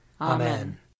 Amen